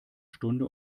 stunde